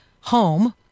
home